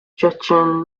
chechen